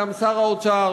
גם שר האוצר,